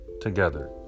together